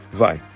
vai